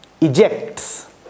ejects